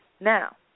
Now